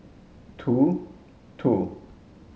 two